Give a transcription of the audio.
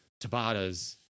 Tabatas